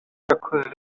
yakoze